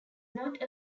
not